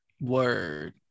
word